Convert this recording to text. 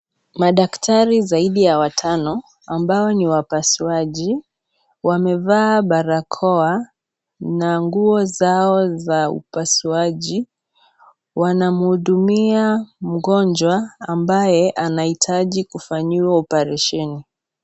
Madaktari zaidi ya watano, ambao ni wapasuaji wamevaa barakoa na nguo zao za upasuaji, wana mhudumia mgonjwa ambaye anaitaji kufanya oparesheni.